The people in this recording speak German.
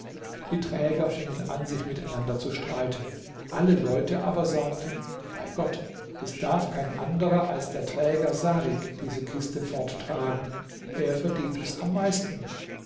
die träger fingen an sich miteinander zu streiten alle leute aber sagten bei gott es darf kein anderer als der träger sarik diese kiste forttragen er verdient es am meisten